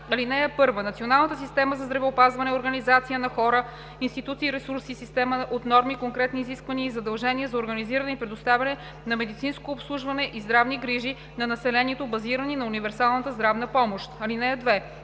„Чл. 4. (1) Националната система за здравеопазване е организация на хора, институции и ресурси, система от норми, конкретни изисквания и задължения за организиране и предоставяне на медицинско обслужване и здравни грижи на населението, базирани на универсалната здравна помощ.“ (2)